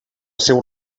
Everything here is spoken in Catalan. seu